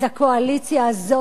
אז הקואליציה הזאת